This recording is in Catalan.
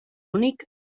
únic